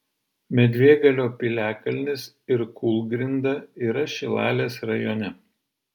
medvėgalio piliakalnis ir kūlgrinda yra šilalės rajone